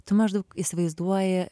tu maždaug įsivaizduoji